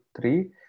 three